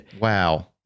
Wow